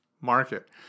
market